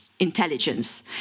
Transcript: intelligence